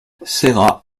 serra